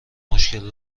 مشکل